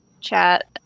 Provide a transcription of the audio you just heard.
chat